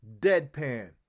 deadpan